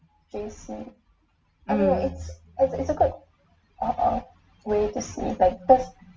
mm